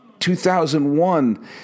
2001